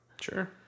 Sure